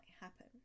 happen